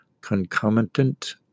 concomitant